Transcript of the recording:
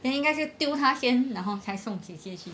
then 应该是丢他先然后才送姐姐去